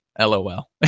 LOL